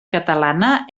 catalana